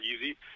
easy